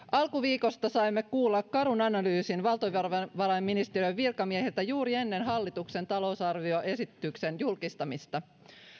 alkuviikosta saimme kuulla karun analyysin valtiovarainministeriön virkamiehiltä juuri ennen hallituksen talousarvioesityksen julkistamista